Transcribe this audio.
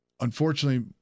Unfortunately